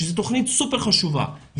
שזו תוכנית סופר חשובה,